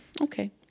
Okay